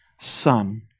Son